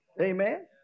Amen